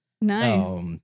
Nice